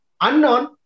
Unknown